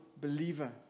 believer